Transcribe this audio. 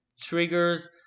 triggers